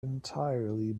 entirely